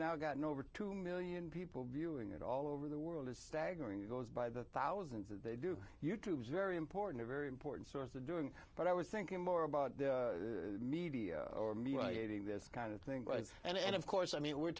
now gotten over two million people viewing it all over the world it's staggering it goes by the thousands they do your troops very important a very important source of doing but i was thinking more about the media or me waiting this kind of thing and of course i mean we're